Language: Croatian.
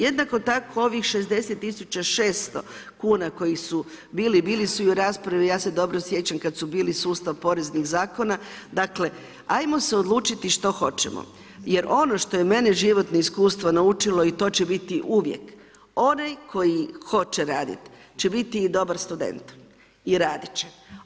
Jednako tako ovih 60.600 kuna koji su bili, bili su i u raspravi i ja se dobro sjećam kada je bio sustav poreznih zakona dakle ajmo se odlučiti što hoćemo jer ono što je mene životno iskustvo naučilo i to će biti uvijek, onaj koji hoće raditi će biti i dobar student i radit će.